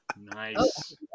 nice